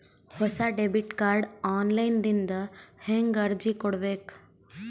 ಹೊಸ debit card online ದಿಂದ ಹೇಂಗ ಅರ್ಜಿ ಕೊಡಬೇಕು?